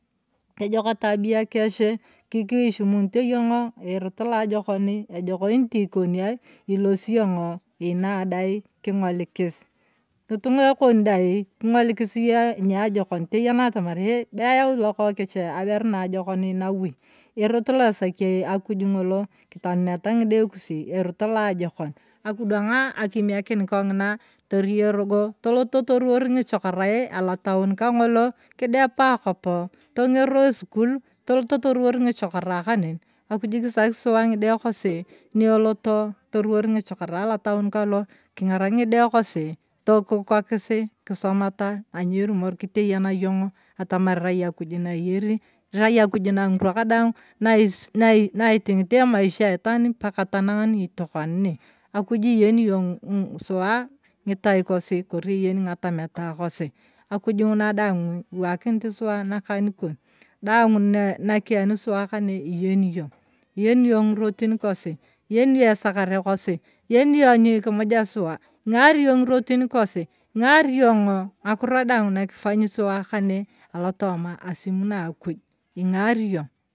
Ejok etabia kesho kiishimunto yong’o eroto aloajokoni ejok tiikonia ilosiyong’o inadai king’olikis, ng’itung’a kon dai, king’oliki yong aniajukon teyena ataman ee be ayau lokokech aberu naajokon nawui erot io esaki akuj ng’olo kitanuneta ng’ide kusi erotoaloajokon, akidwang’a akimlakin kong’ina torio erogo, tolot torowar ng’ichokorai, alataon kang’olo kidepa akopo, tong’ero esukul, todoto torowar ng’icherai kanen, akuj kisaki suwa ng’ide kosi nieloto toruwar ng’ichokorai alotaon kalo, king’arak ng’ide kosi to kikokisi kisomata anyierumor kiteyana yong’o atamar irai akuju na iyeri irai ajuk na ng’irwa kadaang nan a na naiting’it emaisha aitaan paka danang nitokona ne, akuj iyeni yong suwa ng’itai kosi ori iyeni ng’atameta kosi akuju ng’una daangu kiwakinit suwa nakan kon daana nyuna kiyani suwa kane iyeni yong, iyeni yong ng’irotin kosi, iyeni yong esakane kosi, iyeni nikamuja suwa, ing’ari yong ng’irotin kosi, ing’ari yong’o ng’akiro daang nakifanyi suwa kane alotooma asim na akoj ing’ariyong.